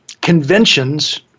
conventions